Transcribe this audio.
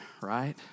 Right